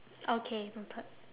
okay noted